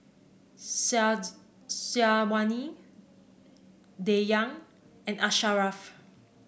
Syazwani Dayang and Asharaff